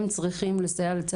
הם צריכים לסייע.